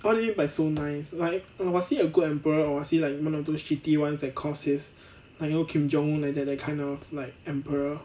what do you mean by so nice like err was he a good emperor or was he like one of those shitty ones that cause his like you know kim jong un like that kind of like emperor